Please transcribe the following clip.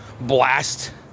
blast